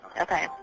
okay